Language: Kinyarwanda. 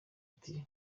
ati